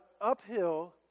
uphill